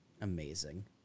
Amazing